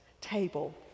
table